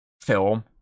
film